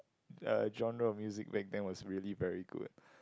uh genre of music back then was really very good